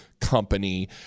company